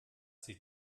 sie